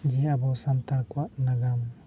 ᱡᱮ ᱟᱵᱚ ᱥᱟᱱᱛᱟᱲ ᱠᱚᱣᱟᱜ ᱱᱟᱜᱟᱢ